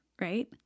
right